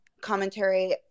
commentary